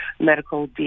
medical